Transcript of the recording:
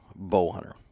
BOWHUNTER